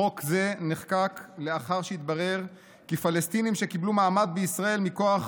חוק זה נחקק לאחר שהתברר כי פלסטינים שקיבלו מעמד בישראל מכוח